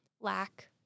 lack